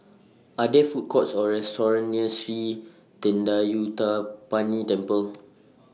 Are There Food Courts Or restaurants near Sri Thendayuthapani Temple